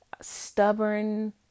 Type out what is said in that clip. stubborn